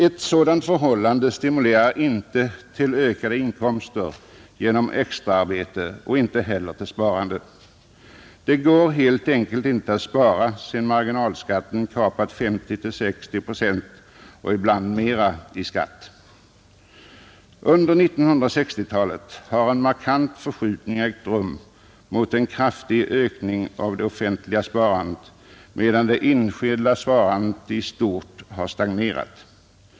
Ett sådant förhållande stimulerar inte till ökade inkomster genom extraarbete och inte heller till sparande. Det går helt enkelt inte att spara sedan marginalskatten kapat 50—60 procent och ibland mer i skatt. Under 1960-talet har en markant förskjutning ägt rum mot en kraftig ökning av det offentliga sparandet, medan det enskilda sparandet i stort har stagnerat.